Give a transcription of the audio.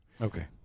Okay